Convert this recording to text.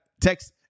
text